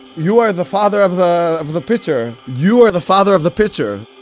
you are the father of the of the pitcher, you are the father of the pitcher.